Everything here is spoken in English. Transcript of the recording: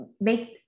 make